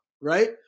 right